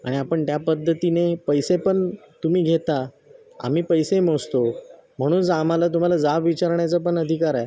आणि आपण त्या पद्धतीने पैसे पण तुम्ही घेता आम्ही पैसे मोजतो म्हणून सा आम्हाला तुम्हाला जाब विचारण्याचा पण अधिकार आहे